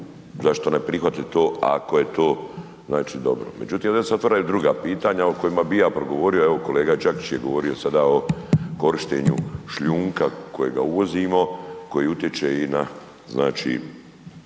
zašto ne prihvatiti to ako je to znači dobro. Međutim, onda se otvaraju druga pitanja o kojima bih i ja progovorio, evo kolega Đakić je govorio sada o korištenju šljunka kojega uvozimo, koji utječe i na